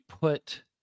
put